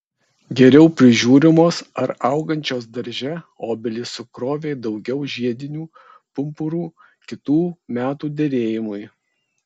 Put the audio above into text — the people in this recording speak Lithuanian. geriau prižiūrimos ar augančios darže obelys sukrovė daugiau žiedinių pumpurų kitų metų derėjimui